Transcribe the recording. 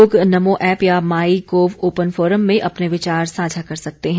लोग नमो ऐप या MyGov open forum में अपने विचार साझा कर सकते हैं